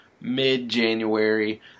mid-January